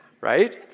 right